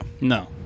No